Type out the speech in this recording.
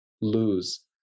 lose